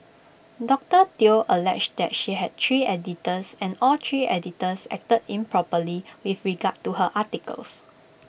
doctor Teo alleged that she had three editors and all three editors acted improperly with regard to her articles